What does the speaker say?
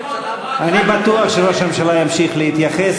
אבל את הוויכוח הפנימי הזה תנהלו במקום אחר.